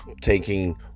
taking